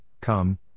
come